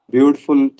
Beautiful